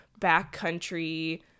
backcountry